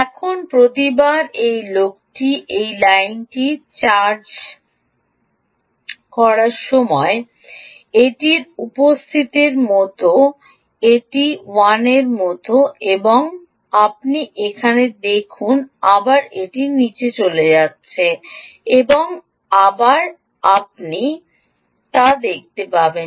এখন প্রতিবার এই লোকটি এই লাইনটি চার্জ করার সময় এটি উপস্থিতির মতো এটি 1 এর মতো এবং আপনি এখানে দেখুন আবার এটি নীচে চলে যাচ্ছে এবং আবার আপনি তা দেখতে পাবেন